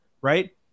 Right